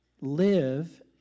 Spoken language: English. live